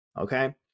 Okay